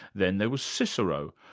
then there was cicero,